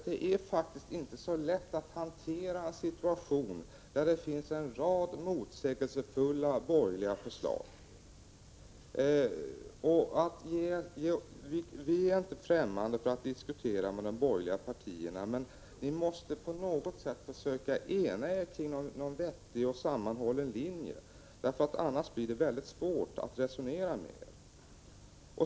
Det är faktiskt inte så lätt, Pär Granstedt, att hantera en situation där det finns en rad motsägelsefulla borgerliga förslag. Vi är inte främmande för att diskutera med de borgerliga partierna, men ni måste på något sätt ena er om en vettig och sammanhållen linje. Annars blir det svårt att resonera med er.